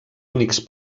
únics